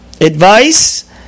Advice